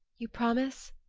you promise?